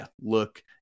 look